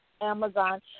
Amazon